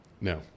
No